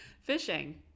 fishing